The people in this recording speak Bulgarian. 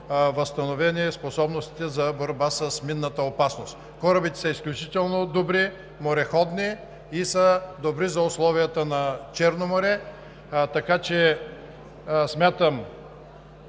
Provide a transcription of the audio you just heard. възстановени способностите за борба с минната опасност. Корабите са изключително добри, мореходни и са добри за условията на Черно море. Смятам,